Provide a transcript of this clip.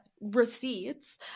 receipts